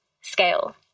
scale